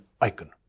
icon